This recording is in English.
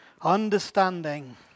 Understanding